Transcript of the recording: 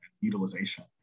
utilization